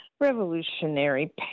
revolutionary